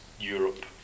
Europe